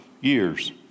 years